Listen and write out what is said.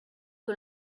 que